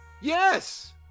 Yes